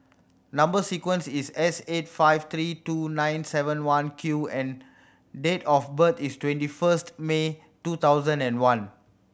number sequence is S eight five three two nine seven one Q and date of birth is twenty first May two thousand and one